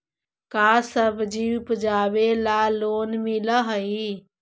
का सब्जी उपजाबेला लोन मिलै हई?